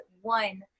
one